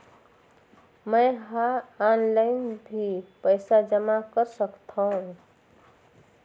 मैं ह ऑनलाइन भी पइसा जमा कर सकथौं?